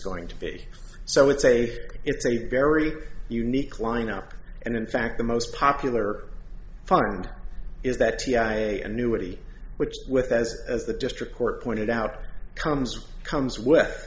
going to be so it's a it's a very unique lineup and in fact the most popular fund is that t i a and new ready which with as as the district court pointed out comes comes with